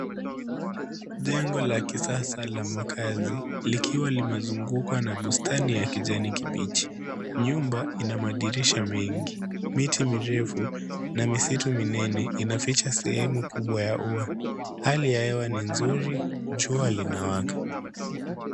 Jengo la kisasa la makaazi likiwa limezungukwa na bustani ya kijani kibichi, nyumba ina madirisha mengi. Miti mirefu na misitu minene inaficha sehemu kubwa ya ua. Hali ya hewa ni nzuri, jua linawaka.